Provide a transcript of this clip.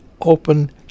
open